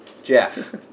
Jeff